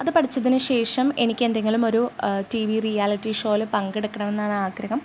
അത് പഠിച്ചതിന് ശേഷം എനിക്ക് എന്തെങ്കിലുമൊരു ടി വി റിയാലിറ്റി ഷോയിൽ പങ്കെടുക്കണമെന്നാണ് ആഗ്രഹം